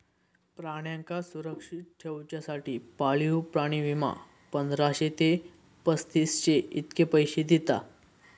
प्राण्यांका सुरक्षित ठेवच्यासाठी पाळीव प्राणी विमा, पंधराशे ते पस्तीसशे इतके पैशे दिता